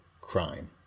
crime